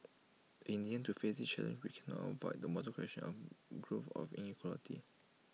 in the end to face this challenge we cannot avoid the moral question of grow of inequality